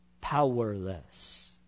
Powerless